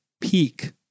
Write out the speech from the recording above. peak